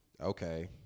Okay